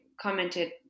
commented